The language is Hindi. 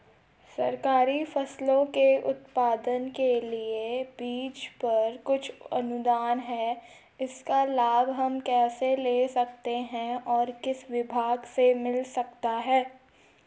सरकारी फसलों के उत्पादन के लिए बीज पर कुछ अनुदान है इसका लाभ हम कैसे ले सकते हैं और किस विभाग से मिल सकता है?